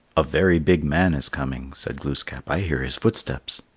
a very big man is coming, said glooskap, i hear his footsteps.